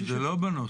זה לא בנוסח.